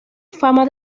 fama